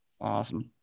Awesome